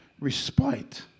respite